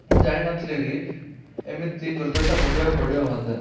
ମୁଁ ଜାଣିନଥିଲି କି ଏମିତି ଦୁର୍ଦ୍ଦଶା ଭୋଗିବାକୁ ପଡ଼ିବ ମୋତେ